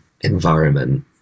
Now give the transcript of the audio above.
environment